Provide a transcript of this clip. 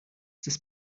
des